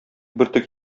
бөртек